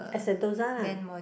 at Sentosa lah